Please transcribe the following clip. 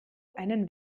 einen